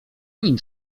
nim